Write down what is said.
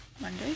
Monday